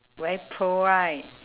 very pro right